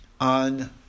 on